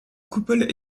coupole